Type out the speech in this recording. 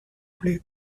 play